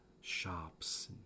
shops